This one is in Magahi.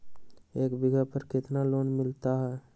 एक बीघा पर कितना लोन मिलता है?